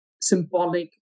symbolic